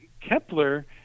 Kepler